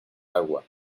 agua